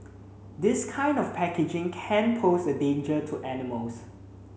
this kind of packaging can pose a danger to animals